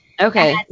Okay